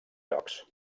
llocs